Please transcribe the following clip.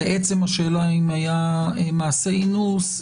לעצם השאלה אם היה מעשה אינוס,